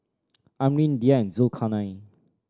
Amrin Dhia and Zulkarnain